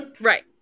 Right